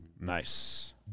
Nice